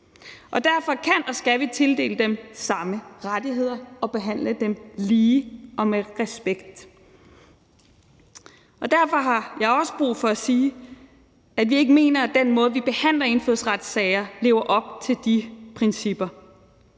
Derfor kan og skal vi tildele dem samme rettigheder og behandle dem lige og med respekt. Derfor har jeg også brug for at sige, at vi ikke mener, at den måde, vi behandler indfødsretssager på, lever op til de principper.